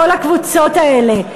כל הקבוצות האלה,